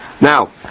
Now